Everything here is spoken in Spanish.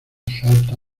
salta